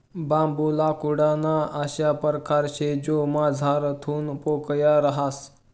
बांबू लाकूडना अशा परकार शे जो मझारथून पोकय रहास